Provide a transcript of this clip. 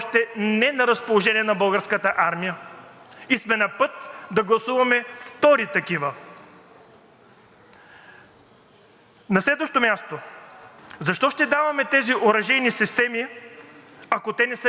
На следващо място – защо ще даваме тези оръжейни системи, ако те не са ефективни? Защо те ще ни ги искат? Един въпрос, който също трябва да бъде обсъден.